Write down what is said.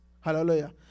Hallelujah